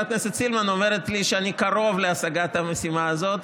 חברת הכנסת סילמן אומרת לי שאני קרוב להשגת המשימה הזאת,